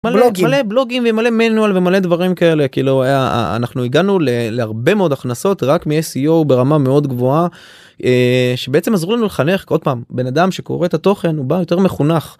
מלא בלוגים ומלא manual ומלא דברים כאלה, כאילו אנחנו הגענו להרבה מאוד הכנסות רק מ-SCO ברמה מאוד גבוהה שבעצם עזרו לנו לחנך, עוד פעם, בן אדם שקורא את התוכן הוא בא יותר מחונך.